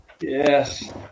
yes